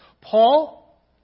Paul